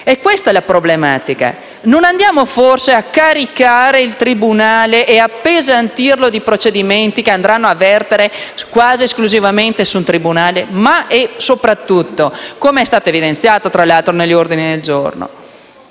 È questa, la problematica. Non andiamo forse a caricare il tribunale e ad appesantirlo di procedimenti che andranno a vertere quasi esclusivamente sul tribunale? Ma soprattutto, come tra l'altro è stato evidenziato negli ordini del giorno,